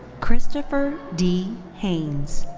christopher d hanes.